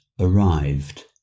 arrived